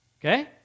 Okay